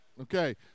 Okay